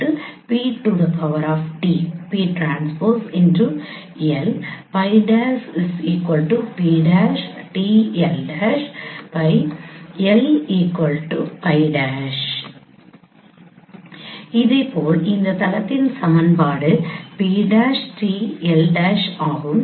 𝜋 𝑃𝑇𝑙 𝜋′ 𝑃′𝑇𝑙′ 𝜋 𝐿 𝜋′ இதேபோல் இந்த தளத்தின் சமன்பாடு 𝑃′𝑇𝑙′ ஆகும்